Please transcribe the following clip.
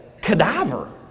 cadaver